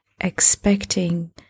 expecting